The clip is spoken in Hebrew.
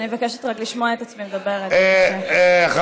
אני מבקשת רק לשמוע את עצמי מדברת, בבקשה.